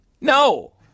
No